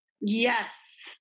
Yes